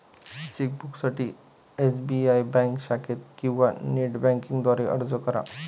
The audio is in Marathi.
चेकबुकसाठी एस.बी.आय बँक शाखेत किंवा नेट बँकिंग द्वारे अर्ज करा